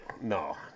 No